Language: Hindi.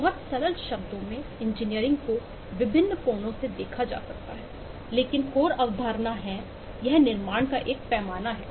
बहुत सरल शब्दों में इंजीनियरिंग को विभिन्न कोणों से देखा जा सकता है लेकिन कोर अवधारणा है यह निर्माण का एक पैमाना है